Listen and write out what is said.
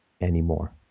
anymore